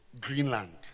Greenland